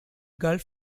gulf